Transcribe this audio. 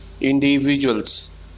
individuals